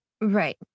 Right